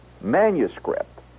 manuscript